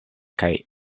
kaj